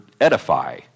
edify